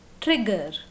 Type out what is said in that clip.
trigger